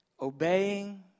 obeying